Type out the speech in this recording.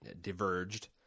diverged